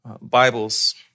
Bibles